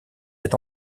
est